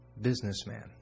businessman